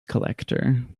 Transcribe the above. collector